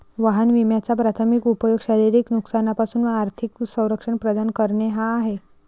वाहन विम्याचा प्राथमिक उपयोग शारीरिक नुकसानापासून आर्थिक संरक्षण प्रदान करणे हा आहे